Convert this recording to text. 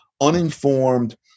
uninformed